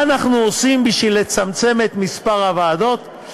מה אנחנו עושים בשביל לצמצם את מספר הוועדות,